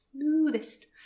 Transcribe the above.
Smoothest